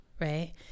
Right